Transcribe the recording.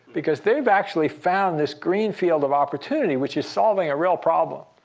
because they've actually found this green field of opportunity, which is solving a real problem.